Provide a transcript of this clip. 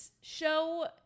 show